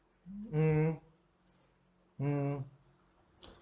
mm mm